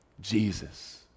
Jesus